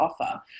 offer